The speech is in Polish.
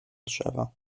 drzewa